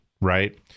right